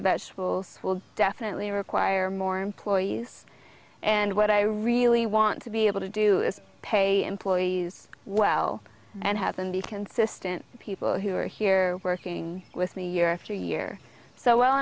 vegetables will definitely require more employees and what i really want to be able to do is pay employees well and have them be consistent people who are here working with me year after year so well